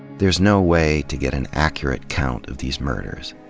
there's no way to get an accurate count of these murders,